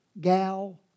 gal